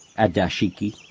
a dashiki.